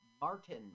Martin